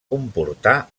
comportar